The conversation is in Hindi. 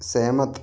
सहमत